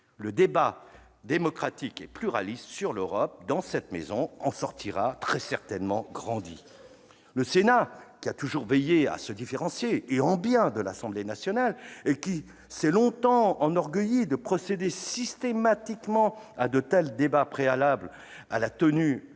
Le débat démocratique et pluraliste sur l'Europe dans cette maison en sortira très certainement grandi ! Le Sénat, qui a toujours veillé à se différencier- en bien -de l'Assemblée nationale et qui s'est longtemps enorgueilli d'organiser systématiquement de tels débats préalables à la tenue de chaque